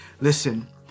Listen